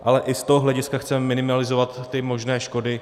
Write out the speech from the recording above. Ale i z toho hlediska chceme minimalizovat možné škody.